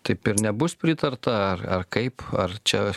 taip ir nebus pritarta ar ar kaip ar čia